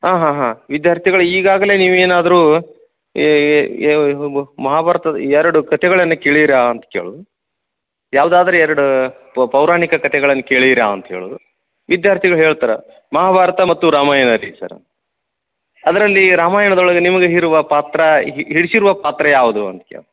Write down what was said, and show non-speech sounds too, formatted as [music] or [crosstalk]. ಹಾಂ ಹಾಂ ಹಾಂ ವಿದ್ಯಾರ್ಥಿಗಳೇ ಈಗಾಗಲೆ ನೀವೇನಾದರು ಈ [unintelligible] ಮಹಾಭಾರತದ ಎರಡು ಕತೆಗಳನ್ನ ಕೇಳಿರಾ ಅಂತ ಕೇಳು ಯಾವ್ದಾದ್ರು ಎರಡು ಪೌರಾಣಿಕ ಕತೆಗಳನ್ನ ಕೇಳಿರಾ ಅಂತ ಹೇಳೋದು ವಿದ್ಯಾರ್ಥಿಗಳು ಹೇಳ್ತಾರಾ ಮಹಾಭಾರತ ಮತ್ತು ರಾಮಾಯಣ ರೀ ಸರ್ ಅದ್ರಲ್ಲಿ ರಾಮಾಯಣದೊಳಗ ನಿಮ್ಗ ಇರುವ ಪಾತ್ರ ಹಿಡ್ಸಿರುವ ಪಾತ್ರ ಯಾವುದು ಅಂತ ಕೇಳಿ